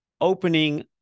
opening